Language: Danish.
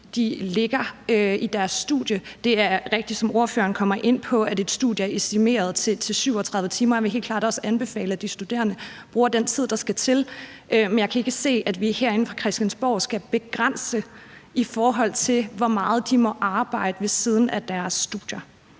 de lægger i deres studie. Det er rigtigt, som ordføreren kommer ind på, at et studie er normeret til 37 timer om ugen, og vi kan klart også anbefale, at de studerende bruger den tid på det, der skal til. Men jeg kan ikke se, at vi herinde fra Christiansborg skal begrænse det, i forhold til hvor meget de må arbejde ved siden af deres studier.